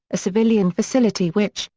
a civilian facility which,